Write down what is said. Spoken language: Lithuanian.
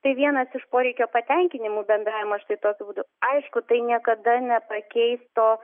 tai vienas iš poreikio patenkinimų bendravimo štai tokiu būdu aišku tai niekada nepakeis to